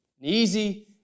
Easy